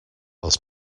als